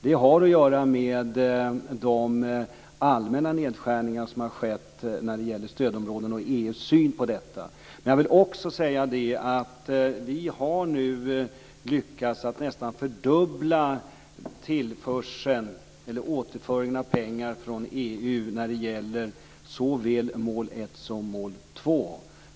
Det har att göra med de allmänna nedskärningar som skett när det gäller stödområdena och EU:s syn på detta. Jag vill också säga att vi nu har lyckats att nästan fördubbla återföringen av pengar från EU när det gäller såväl mål 1 som mål 2.